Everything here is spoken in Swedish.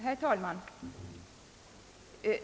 Herr talman!